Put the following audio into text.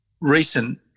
recent